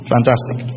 Fantastic